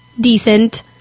decent